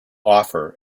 offer